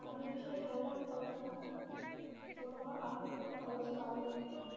পাখিদের বিষয়ে জানলাম তত আমার তত আমার পাখিদের প্রতি ভালোবাসা বাড়লো